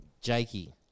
jakey